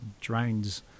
drains